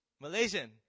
Malaysian